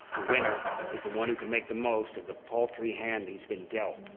the winner is the one who can make the most of the paltry hand he's been dealt.